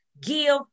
give